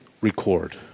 record